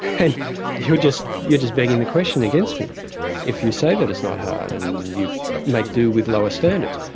and you're just you're just begging the question against me if you say that it's not hard, and you make do with lower standards.